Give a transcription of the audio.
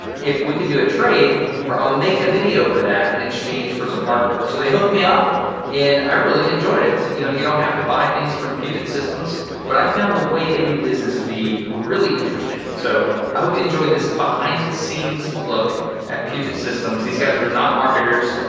if we could do a trade where i'll make a video for that in exchange for some hardware. so they hooked me up and i really enjoyed it. you know, you don't have to buy things from puget systems but i found the way they do business to be really interesting. so i hope you enjoy this behind-the-scenes look at puget systems. these guys are not marketers,